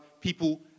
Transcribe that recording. people